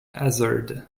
hazard